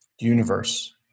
Universe